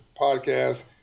podcast